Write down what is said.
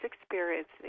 experiencing